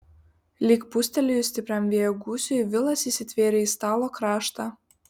lyg pūstelėjus stipriam vėjo gūsiui vilas įsitvėrė į stalo kraštą